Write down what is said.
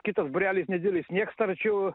kitas būrelis nedidelis sniegstarčių